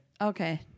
Okay